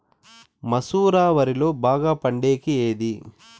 మసూర వరిలో బాగా పండేకి ఏది?